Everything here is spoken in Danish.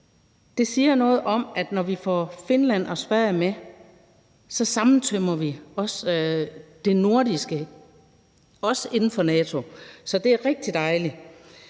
Det siger noget om, at når vi får Finland og Sverige med, sammentømrer vi det nordiske, også inden for NATO. Så det er rigtig dejligt.